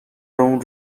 اون